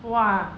!wah!